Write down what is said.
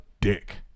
dick